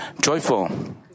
joyful